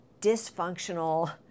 dysfunctional